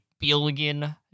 billion